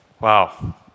Wow